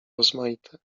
rozmaite